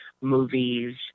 movies